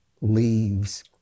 leaves